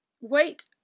Wait